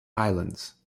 islands